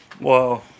Whoa